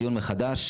דיון מחדש,